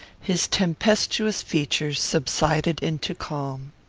his tempestuous features subsided into calm.